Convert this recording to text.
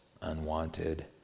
unwanted